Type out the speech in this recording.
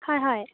হয় হয়